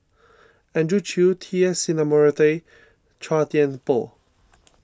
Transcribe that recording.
Andrew Chew T S Sinnathuray and Chua Thian Poh